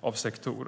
av sektorer.